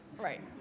Right